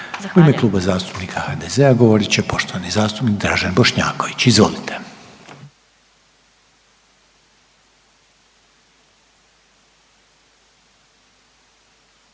U ime Kluba zastupnika HDZ-a govorit će poštovani zastupnik Dražen Bošnjaković, izvolite.